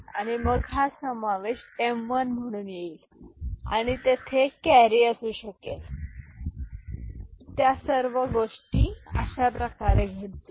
आणि मग हा समावेश m1 म्हणून येईल आणि तेथे एक कॅरी असू शकेल आणि त्या सर्व गोष्टी घडतील